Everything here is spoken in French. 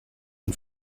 une